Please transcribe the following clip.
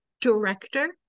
director